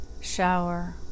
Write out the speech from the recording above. shower